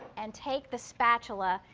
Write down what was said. and take the spatula.